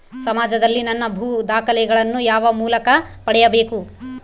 ಸಮಾಜದಲ್ಲಿ ನನ್ನ ಭೂ ದಾಖಲೆಗಳನ್ನು ಯಾವ ಮೂಲಕ ಪಡೆಯಬೇಕು?